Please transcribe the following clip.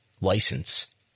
license